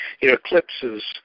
eclipses